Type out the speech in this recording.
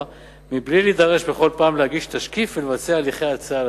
מבלי להידרש בכל פעם להגיש תשקיף ולבצע הליכי הצעה לציבור.